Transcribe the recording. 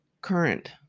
current